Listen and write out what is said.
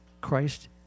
Christ